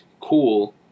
cool